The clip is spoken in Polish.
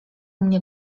mnie